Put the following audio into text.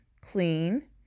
clean